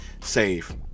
save